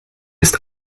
ist